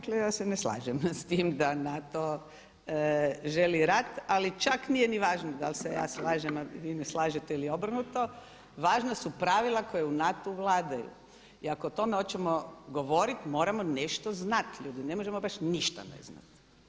Dakle ja se ne slažem s tim da NATO želi rat, ali čak nije ni važno dal se ja slažem ili vi ne slažete ili obrnuto, važna su pravila koja u NATO-u vladaju i ako o tome hoćemo govoriti moramo nešto znat ljudi, ne možemo baš ništa ne znat.